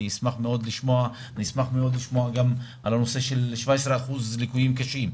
אני אשמח לשמוע גם על הנושא של 17% ליקויים קשים.